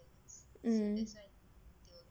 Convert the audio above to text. mm